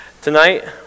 Tonight